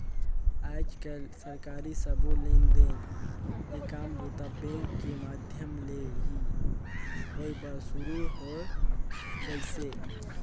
आयज कायल सरकारी सबो लेन देन के काम बूता बेंक के माधियम ले ही होय बर सुरू हो गइसे